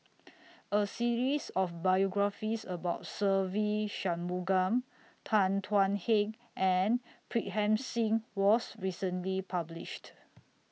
A series of biographies about Se Ve Shanmugam Tan Thuan Heng and Pritam Singh was recently published